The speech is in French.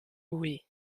oui